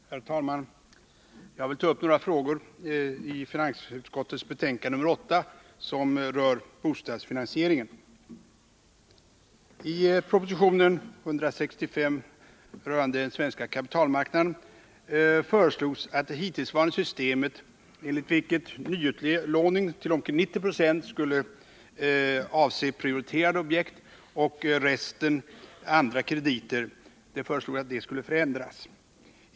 Herr talman! Jag vill ta upp några frågor som behandlas i finansutskottets betänkande nr 8 och som rör bostadsfinansieringen. I propositionen 165 rörande den svenska kapitalmarknaden föreslogs att det hittillsvarande systemet, enligt vilket nyutlåning till omkring 90 96 avser prioriterade objekt och återstoden andra krediter, skulle ändras.